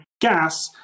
gas